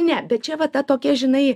ne bet čia va ta tokia žinai